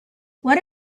what